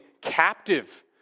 captive